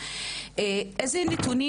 איזה נתונים,